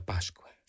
Páscoa